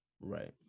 right